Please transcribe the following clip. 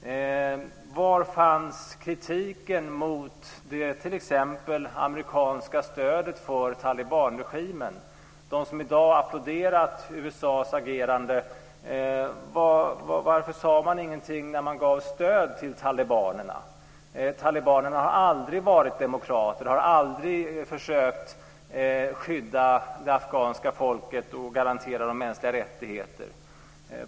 Var fanns kritiken mot t.ex. det amerikanska stödet till talibanregimen? De som i dag applåderat USA:s agerande: Varför sade de ingenting när man gav stöd till talibanerna? Talibanerna har aldrig varit demokrater och har aldrig försökt skydda det afghanska folket och garantera det mänskliga rättigheter.